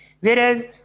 whereas